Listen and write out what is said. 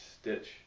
stitch